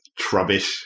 Trubbish